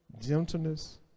gentleness